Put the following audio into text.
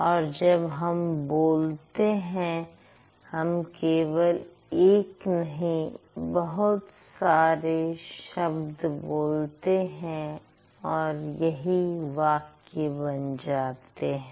और जब हम बोलते हैं हम केवल एक नहीं बहुत सारे शब्द बोलते हैं और यही वाक्य बन जाते हैं